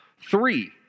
Three